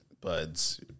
Buds